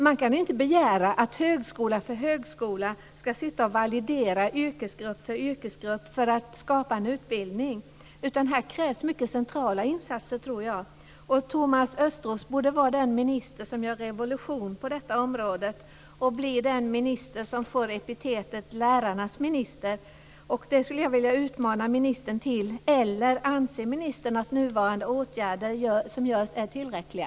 Man kan inte begära att högskola för högskola ska validera yrkesgrupp för yrkesgrupp för att skapa en utbildning, utan här krävs centrala insatser, tror jag. Thomas Östros borde vara den minister som gör revolution på detta område och bli den minister som får epitetet "lärarnas minister". Det skulle jag vilja utmana ministern till. Eller anser ministern att de åtgärder som nu vidtas är tillräckliga?